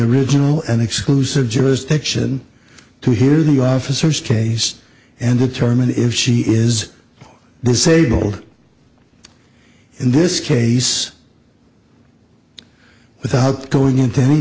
original and exclusive jurisdiction to hear the officers case and determine if she is disabled in this case without going into any